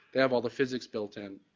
they have all the physics built in.